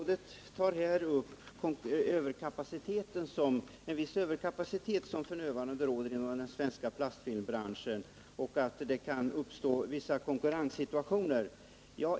Herr talman! Statsrådet nämnde den överkapacitet som f. n. råder inom den svenska plastfilmsbranschen och sade att en nyetablering kan förorsaka vissa konkurrenssituationer.